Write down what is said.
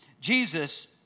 Jesus